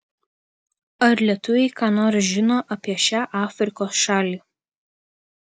ar lietuviai ką nors žino apie šią afrikos šalį